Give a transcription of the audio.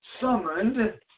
summoned